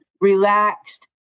relaxed